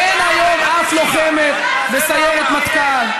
אין היום אף לוחמת בסיירת מטכ"ל,